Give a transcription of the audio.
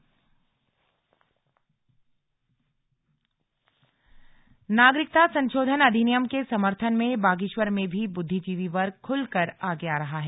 slug CAA नागरिकता संशोधन अधिनियम के समर्थन में बागेश्वर में भी बुद्धिजीवी वर्ग खुलकर आगे आ रहा है